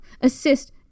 Assist